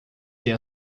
ser